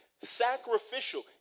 sacrificial